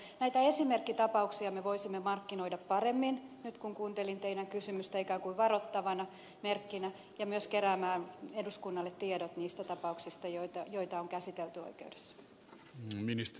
mutta näitä esimerkkitapauksia me voisimme markkinoida paremmin sanon näin nyt kun kuuntelin teidän kysymystänne ikään kuin varoittavana merkkinä ja myös kerätä eduskunnalle tiedot niistä tapauksista joita on käsitelty oikeudessa